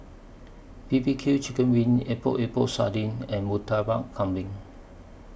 B B Q Chicken Wings Epok Epok Sardin and Murtabak Kambing